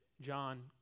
John